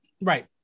Right